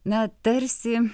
na tarsi